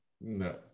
No